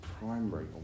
primary